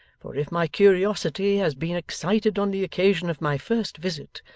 for if my curiosity has been excited on the occasion of my first visit,